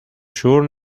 sure